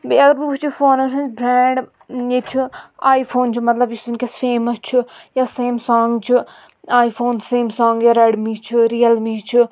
بیٚیہِ اگر بہٕ وُچھہٕ فونَن ہنٛز برٛینٛڈ ییٚتہِ چھُ آے فوٗن چھُ مطلب یُس وٕنکٮ۪ن فیمَس چھُ یا سیٚمسَنٛگ چھُ آے فوٗن سیٚمسَنٛگ یا ریڈمی چھُ رِیَلمی چھُ